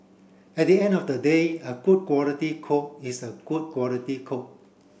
at the end of the day a good quality code is a good quality code